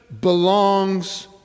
belongs